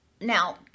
Now